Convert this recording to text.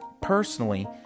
Personally